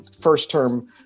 first-term